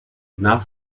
nach